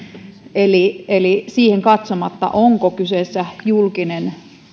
siihen katsomatta onko kyseessä julkinen